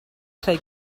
creu